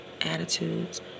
attitudes